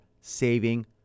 saving